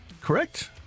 correct